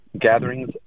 gatherings